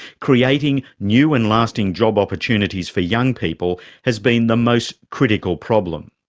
creating new and lasting job opportunities for young people has been the most critical problem.